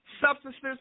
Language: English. substances